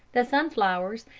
the sunflowers,